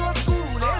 school